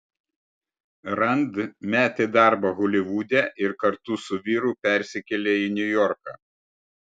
rand metė darbą holivude ir kartu su vyru persikėlė į niujorką